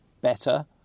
better